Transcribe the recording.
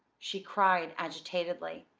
she cried agitatedly.